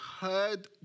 heard